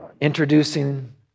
Introducing